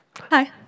Hi